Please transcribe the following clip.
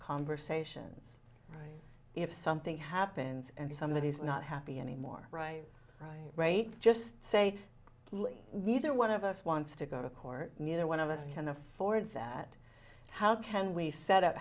conversations if something happens and somebody is not happy anymore right right right just say neither one of us wants to go to court neither one of us can afford that how can we set up